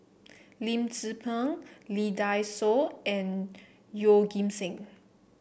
Lim Tze Peng Lee Dai Soh and Yeoh Ghim Seng